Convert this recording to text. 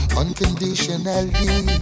unconditionally